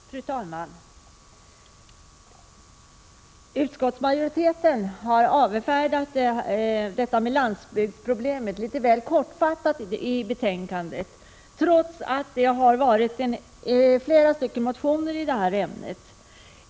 Fru talman! Utskottsmajoriteten har avfärdat detta med landsbygdsproblemet litet väl kortfattat i betänkandet, trots att det har väckts flera motioner i ämnet.